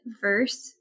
verse